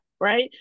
right